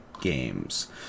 games